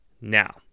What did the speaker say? now